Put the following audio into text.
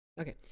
Okay